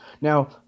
Now